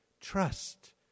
Trust